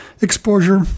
exposure